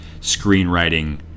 screenwriting